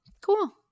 cool